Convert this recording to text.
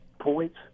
points